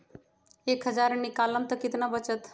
एक हज़ार निकालम त कितना वचत?